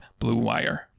BlueWire